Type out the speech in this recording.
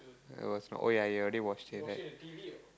I was oh ya you already watched it right